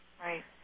Right